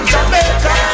Jamaica